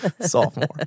Sophomore